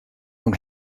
nhw